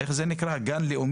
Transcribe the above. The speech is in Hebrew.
איך זה נקרא, גן לאומי?